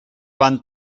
van